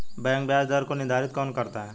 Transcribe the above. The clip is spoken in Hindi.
बैंक ब्याज दर को निर्धारित कौन करता है?